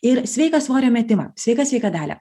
ir sveiką svorio metimą sveika sveika dalia